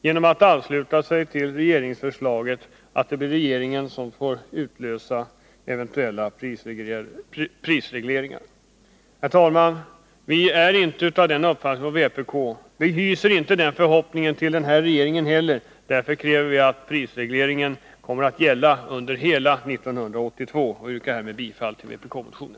De gör detta genom att ansluta sig till regeringsförslaget att det är regeringen som bör utlösa eventuella prisregleringar. Vi i vpk har inte denna uppfattning och hyser inte heller samma förhoppning om den här regeringen. Därför kräver vi att prisregleringen skall gälla under hela 1982. Herr talman! Jag yrkar bifall till vpk-motionen.